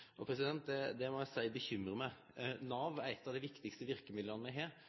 løyvingar til driftsbudsjetta. Det må eg seie bekymrar meg. Nav er eit av dei viktigaste verkemidla me har